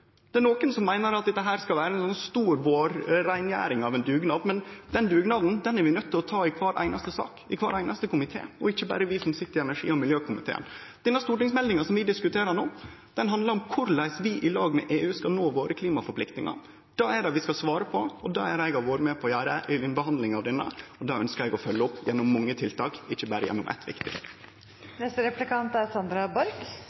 god klimapolitikk. Nokon meiner at dette skal vere ei stor vårreingjering av ein dugnad, men den dugnaden er vi nøydde til å ta i kvar einaste sak, i kvar einaste komité, og ikkje berre vi som sit i energi- og miljøkomiteen. Denne stortingsmeldinga som vi diskuterer no, handlar om korleis vi, i lag med EU, skal nå våre klimaforpliktingar. Det er det vi skal svare på, og det er det eg har vore med på å gjere i behandlinga av denne meldinga, og det ønskjer eg å følgje opp gjennom mange tiltak – ikkje berre gjennom eitt